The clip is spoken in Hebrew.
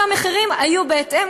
והמחירים היו בהתאם,